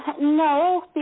No